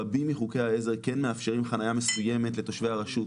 רבים מחוקי העזר כן מאפשרים חניה מסוימת לתושבי הרשות.